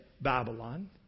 Babylon